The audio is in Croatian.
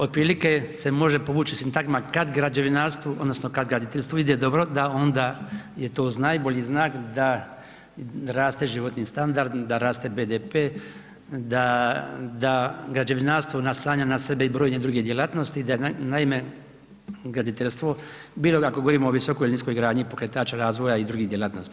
Otprilike se može povući sintagma kad građevinarstvu odnosno kad graditeljstvu ide dobro da onda je to uz najbolji znak da raste životni standard, da raste BDP, da građevinarstvo naslanja na sebe i brojne druge djelatnosti, da naime, graditeljstvo, bilo da ako govorimo o visokoj ili niskoj gradnji, pokretač razvoja i drugih djelatnosti.